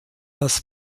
als